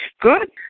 Good